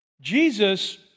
Jesus